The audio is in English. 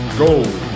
gold